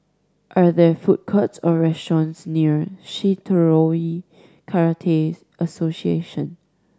are there food courts or restaurants near Shitoryu Karate Association